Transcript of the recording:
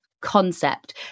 concept